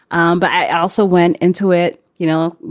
um but i also went into it, you know,